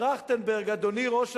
דוח-טרכטנברג, אדוני ראש הממשלה,